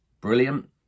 brilliant